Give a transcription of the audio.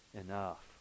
enough